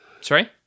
Sorry